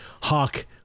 Hawk